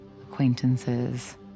acquaintances